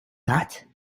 that